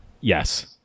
Yes